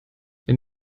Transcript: wenn